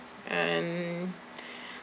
and